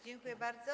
Dziękuję bardzo.